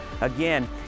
again